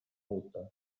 muuta